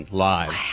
live